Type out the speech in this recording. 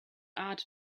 art